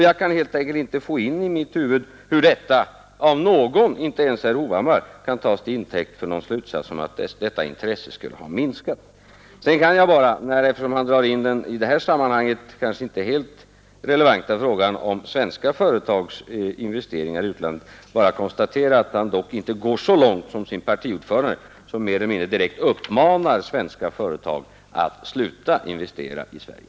Jag kan helt enkelt inte få in i mitt huvud hur detta av någon — inte ens av herr Hovhammar — kan tas till intäkt för slutsatsen att detta intresse skulle ha minskat. Sedan kan jag bara, eftersom herr Hovhammar drar in den i det här sammanhanget kanske inte helt relevanta frågan om svenska företags investeringar i utlandet, konstatera att han dock inte går så långt som sin partiordförande, som mer eller mindre direkt uppmanar svenska företag att sluta investera i Sverige.